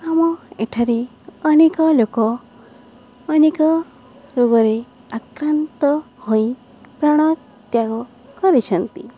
ଆମ ଏଠାରେ ଅନେକ ଲୋକ ଅନେକ ରୋଗରେ ଆକ୍ରାନ୍ତ ହୋଇ ପ୍ରାଣତ୍ୟାଗ କରିଛନ୍ତି